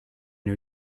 new